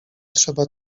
trzeba